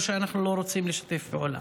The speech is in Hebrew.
או שאנחנו לא רוצים לשתף פעולה.